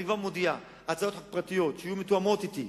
אני כבר מודיע שהצעות פרטיות שיהיו מתואמות אתי,